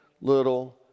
little